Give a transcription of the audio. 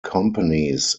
companies